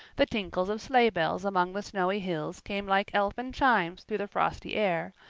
the tinkles of sleigh bells among the snowy hills came like elfin chimes through the frosty air,